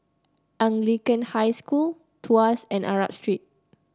Anglican High School Tuas and Arab Street